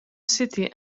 city